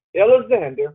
Alexander